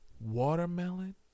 Watermelon